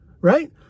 Right